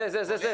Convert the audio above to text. זה זה.